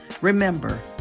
Remember